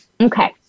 Okay